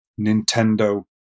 Nintendo